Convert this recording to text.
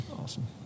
Awesome